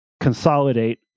consolidate